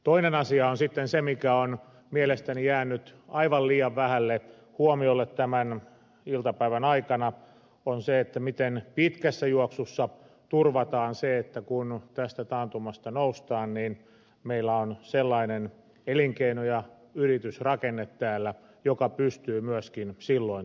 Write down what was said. toinen asia on sitten se mikä on mielestäni jäänyt aivan liian vähälle huomiolle tämän iltapäivän aikana miten pitkässä juoksussa turvataan se että kun tästä taantumasta noustaan niin meillä on sellainen elinkeino ja yritysrakenne täällä joka pystyy myöskin silloin työllistämään